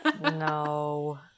No